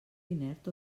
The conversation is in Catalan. inert